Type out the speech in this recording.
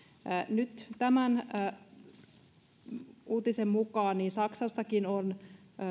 nyt uutisen mukaan saksassakin on